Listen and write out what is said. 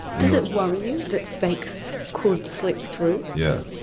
does it worry you that fakes could slip through? yeah,